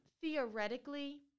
theoretically